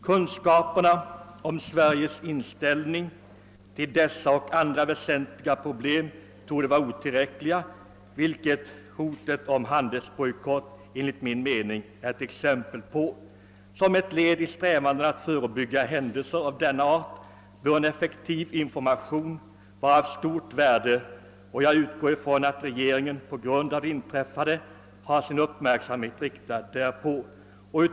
Kunskaperna om Sveriges inställning till dessa och andra väsentliga problem torde vara otillräckliga, vilket hotet om handelsbojkott enligt min mening är ett exempel på. Som ett led i strävandena att förebygga händelser av denna art bör en effektiv information vara av stort värde, och jag utgår från att regeringen med anledning av det inträffade har sin uppmärksamhet riktad på saken.